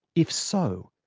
if so,